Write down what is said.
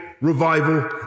revival